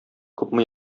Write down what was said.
күпме